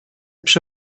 przy